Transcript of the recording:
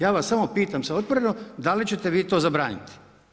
Ja vas samo pitam … da li ćete vi to zabraniti?